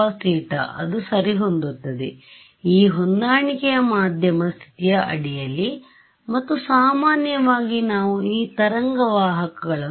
k0ezcos θ ಅದು ಸರಿಹೊಂದುತ್ತದೆ ಈ ಹೊಂದಾಣಿಕೆಯ ಮಧ್ಯಮ ಸ್ಥಿತಿಯ ಅಡಿಯಲ್ಲಿ ಮತ್ತು ಸಾಮಾನ್ಯವಾಗಿ ನಾವು ಈ ತರಂಗ ವಾಹಕಗಳನ್ನುwave vectors